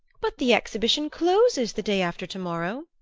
but the exhibition closes the day after to-morrow.